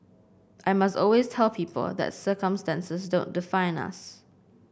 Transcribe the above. I must always tell people that circumstances don't define us